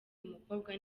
umukobwa